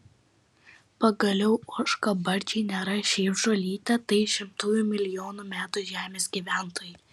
pagaliau ožkabarzdžiai nėra šiaip žolytė tai šimtų milijonų metų žemės gyventojai